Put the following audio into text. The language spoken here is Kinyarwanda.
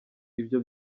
ibyo